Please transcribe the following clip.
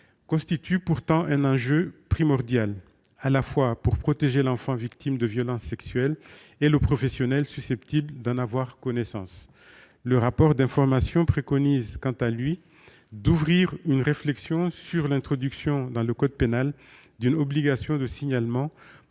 constitue pourtant un enjeu primordial, à la fois pour protéger l'enfant victime de violences sexuelles et le professionnel susceptible d'en avoir connaissance. Le rapport d'information préconise d'ouvrir une réflexion sur l'introduction dans le code pénal d'une obligation de signalement